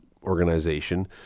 organization